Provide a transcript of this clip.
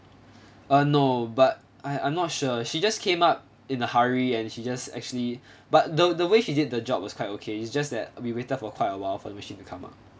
uh no but I I'm not sure she just came up in a hurry and she just actually but the the way she did the job was quite okay it's just that we waited for quite a while for the machine to come up